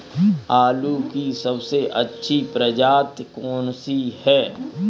आलू की सबसे अच्छी प्रजाति कौन सी है?